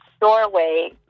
doorway